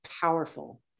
powerful